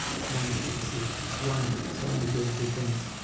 it's wonderful to see, just wonderful. so many good good things,